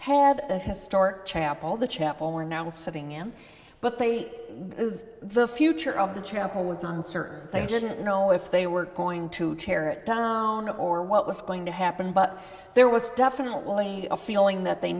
the historic chapel the chapel are now sitting in but they the future of the chapel was on search they didn't know if they were going to tear it down or what was going to happen but there was definitely a feeling that they